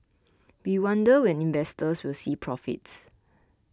we wonder when investors will see profits